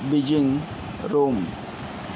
Beijing Rome